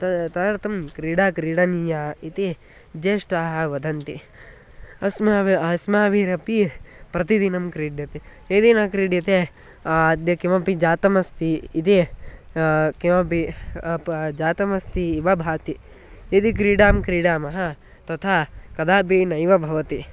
त तदर्थं क्रीडा क्रीडनीया इति ज्येष्ठाः वदन्ति अस्माभिः अस्माभिरपि प्रतिदिनं क्रीड्यते यदि न क्रीड्यते अद्य किमपि जातमस्ति इति किमपि प जातमस्ति इव भाति यदि क्रीडां क्रीडामः तथा कदापि नैव भवति